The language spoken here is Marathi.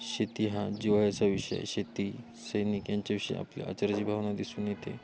शेती हा जिव्हाळ्याचा विषय शेती सैनिक यांच्याविषयी आपल्या आदराची भावना दिसून येते